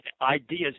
ideas